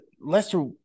Lester